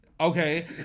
okay